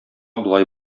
болай